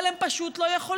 אבל הם פשוט לא יכולים,